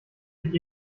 ich